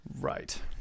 right